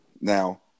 now